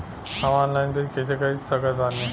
हम ऑनलाइन बीज कइसे खरीद सकत बानी?